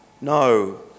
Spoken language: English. No